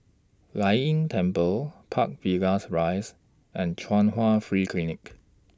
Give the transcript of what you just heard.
Lei Yin Temple Park Villas Rise and Chung Hwa Free Clinic